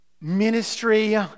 Ministry